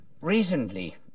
recently